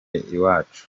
iwacu